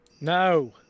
No